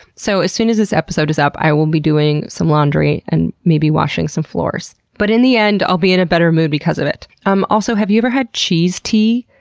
so as soon as this episode is up, i will be doing some laundry and maybe washing some floors. but in the end, i'll be in a better mood because of it. um also have you ever had cheese tea?